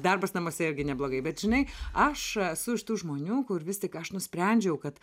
darbas namuose irgi neblogai bet žinai aš esu iš tų žmonių kur vis tik aš nusprendžiau kad